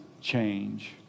change